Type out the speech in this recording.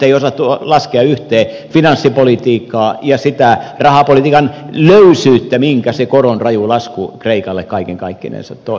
ei osattu laskea yhteen finanssipolitiikkaa ja sitä rahapolitiikan löysyyttä minkä se koron raju lasku kreikalle kaiken kaikkinensa toi